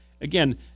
again